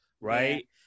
right